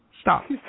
Stop